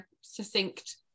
succinct